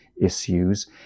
issues